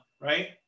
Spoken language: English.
right